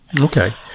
Okay